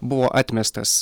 buvo atmestas